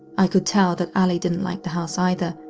i could tell that allie didn't like the house either,